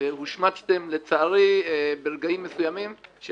והושמצתם לצערי ברגעים מסוימים.